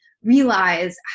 realize